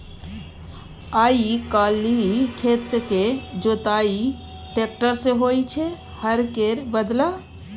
आइ काल्हि खेतक जोताई टेक्टर सँ होइ छै हर केर बदला